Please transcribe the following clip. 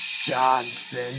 Johnson